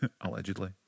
allegedly